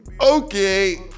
Okay